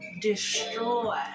destroy